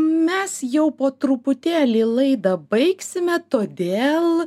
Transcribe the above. mes jau po truputėlį laidą baigsime todėl